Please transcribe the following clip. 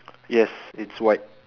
yes it's white